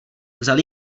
vzal